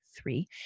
three